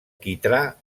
quitrà